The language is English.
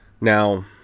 Now